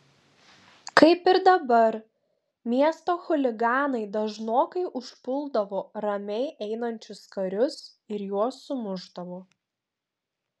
kaip ir dabar miesto chuliganai dažnokai užpuldavo ramiai einančius karius ir juos sumušdavo